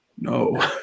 no